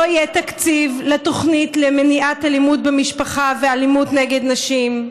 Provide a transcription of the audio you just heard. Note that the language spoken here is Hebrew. לא יהיה תקציב לתוכנית למניעת אלימות במשפחה ואלימות נגד נשים.